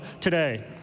today